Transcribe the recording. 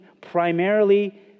primarily